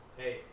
hey